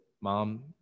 mom